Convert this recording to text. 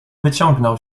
wyciągnął